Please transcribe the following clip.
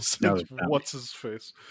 What's-His-Face